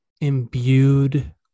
imbued